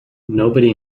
nobody